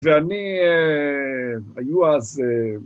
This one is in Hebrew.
ואני... היו אז...